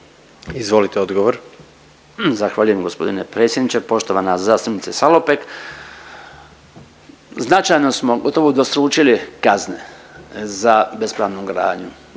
Branko (HDZ)** Zahvaljujem gospodine predsjedniče. Poštovana zastupnice Salopek, značajno smo gotovo udvostručili kazne za bespravnu gradnju,